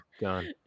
gone